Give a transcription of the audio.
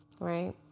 Right